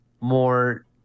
more